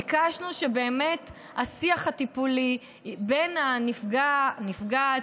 ביקשנו שהשיח הטיפולי בין הנפגע או הנפגעת